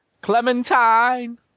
Clementine